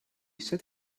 set